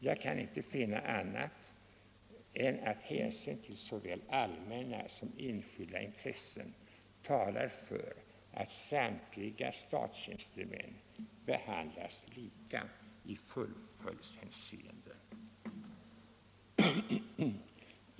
Jag kan inte finna annat än att hänsyn till såväl allmänna som enskilda intressen talar för att samtliga statstjänstemän behandlas lika i fullföljdshänseende.